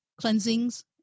cleansings